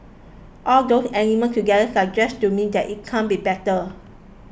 all those elements together suggest to me that it can't be better